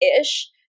ish